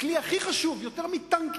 הכלי הכי חשוב, יותר מטנקים,